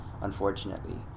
unfortunately